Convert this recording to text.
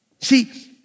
See